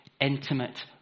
intimate